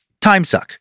timesuck